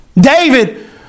David